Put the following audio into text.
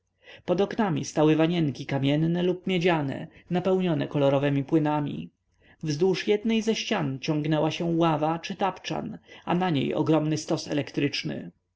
pod oknami stały wanienki kamienne lub miedziane napełnione kolorowemi płynami wzdłuż jednej ze ścian ciągnęła się ława czy tapczan a na niej ogromny stos elektryczny